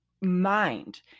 mind